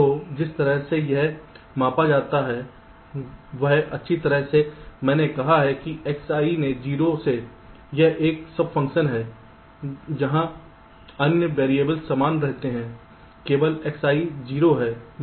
तो जिस तरह से यह मापा जाता है वह अच्छी तरह से है मैंने कहा है कि Xi ने 0 से यह एक सब फ़ंक्शन है जहां अन्य वेरिएबलस समान रहते हैं केवल Xi 0 है